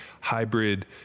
hybrid